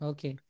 Okay